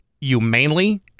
humanely